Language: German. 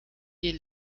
die